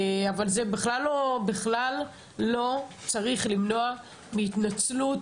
אבל זה בכלל לא צריך למנוע מהתנצלות